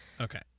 okay